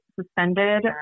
suspended